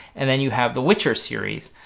and then you have the witcher series.